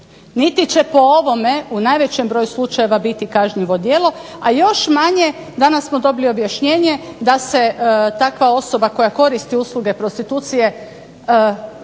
niti će po ovome u najvećem broju slučajeva biti kažnjivo djelo. A još manje, danas smo dobili objašnjenje da se takva osoba koja koristi usluge prostitucije